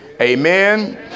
Amen